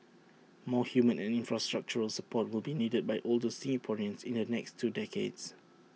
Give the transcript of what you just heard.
more human and infrastructural support will be needed by older Singaporeans in the next two decades